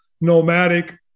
nomadic